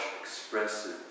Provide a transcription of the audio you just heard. expressive